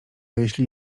jeśli